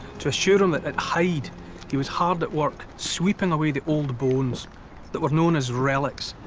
to assure him that at hyde he was hard at work sweeping away the old bones that were known as relics.